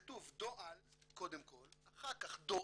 כתוב דוא"ל קודם כל, אחר כך דואר,